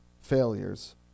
failures